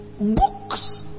Books